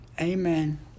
Amen